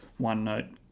OneNote